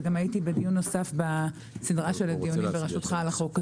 וגם הייתי בדיון נוסף בסדרה של הדיונים בראשותך על החוק הזה,